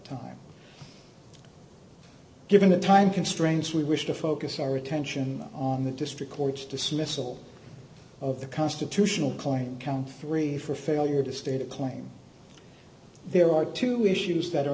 time given the time constraints we wish to focus our attention on the district court's dismissal of the constitutional claim count three for failure to state a claim there are two issues that are